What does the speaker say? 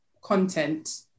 content